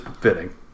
fitting